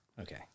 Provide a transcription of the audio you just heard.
Okay